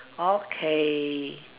okay